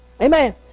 Amen